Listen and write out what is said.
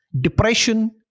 depression